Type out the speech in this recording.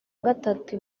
gatatu